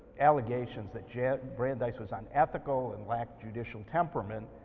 allegations that yeah brandeis was unethical and lacked judicial temperament.